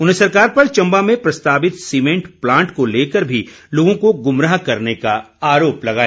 उन्होंने सरकार पर चम्बा में प्रस्तावित सीमेंट प्लांट को लेकर भी लोगों को गुमराह करने का आरोप लगाया